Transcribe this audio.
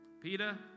Peter